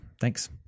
Thanks